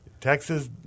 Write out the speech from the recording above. Texas